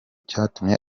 cyatumye